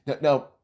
now